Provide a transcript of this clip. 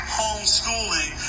homeschooling